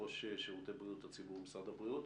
ראש שירותי בריאות הציבור במשרד הבריאות.